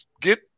Get